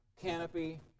canopy